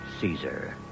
Caesar